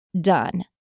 done